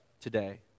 today